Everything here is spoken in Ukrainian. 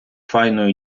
файної